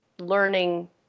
learning